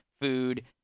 food